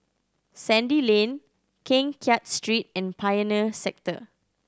Sandy Lane Keng Kiat Street and Pioneer Sector